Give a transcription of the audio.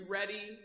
ready